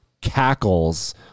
cackles